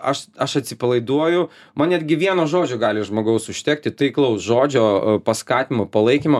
aš aš atsipalaiduoju man netgi vieno žodžio gali žmogaus užtekti taiklaus žodžio paskatinimo palaikymo